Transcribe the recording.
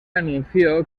anunció